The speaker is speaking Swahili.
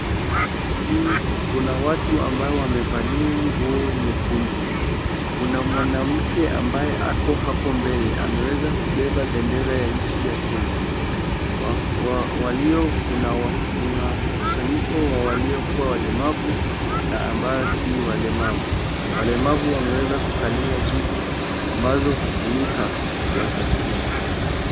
Hii kuna watu ambao wamevalia nguo nyekundu, kuna mwanamke ambaye ako hapo mbele ameweza kubeba bendera ya nchi ya Kenya. Walio, kuna mkusanyiko wa waliokuwa walemavu na ambayo si walemavu. Walemavu wameweza kukalia viti ambazo hutumika kuwasafirisha.